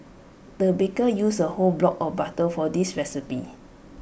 the baker used A whole block of butter for this recipe